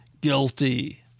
guilty